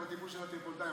אתה בטיפוס של הטריפוליטאים.